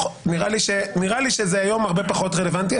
נראה לי שזה היום הרבה פחות רלוונטי.